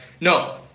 no